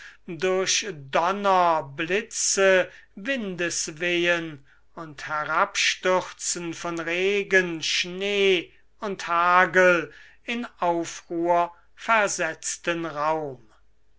durch donner blitze windeswehen und herabstürzen von regen schnee und hagel in aufruhr versetzten raum